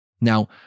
Now